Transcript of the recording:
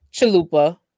chalupa